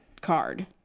card